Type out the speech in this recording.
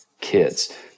kids